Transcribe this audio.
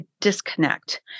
disconnect